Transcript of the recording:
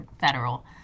federal